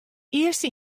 earste